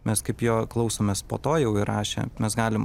mes kaip jo klausomės po to jau įrašę mes galim